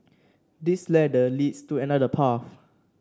this ladder leads to another path